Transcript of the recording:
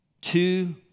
two